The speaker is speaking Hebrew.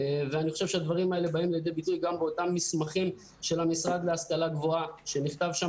הדברים האלה באים לידי ביטוי באותם מסמכים של המשרד להשכלה גבוה שנכתב שם